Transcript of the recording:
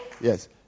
Yes